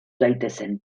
daitezen